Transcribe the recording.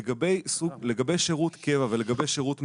לגבי שירות קבע ולגבי שירות מילואים,